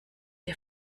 der